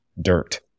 dirt